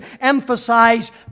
emphasize